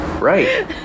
Right